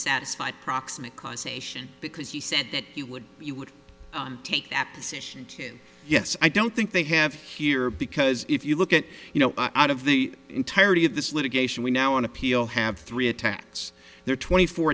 satisfied proximate cause ation because he said that you would you would take that position yes i don't think they have here because if you look at you know out of the entirety of this litigation we now on appeal have three attacks there twenty four